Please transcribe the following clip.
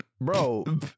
bro